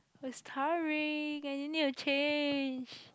it's tiring and you need to change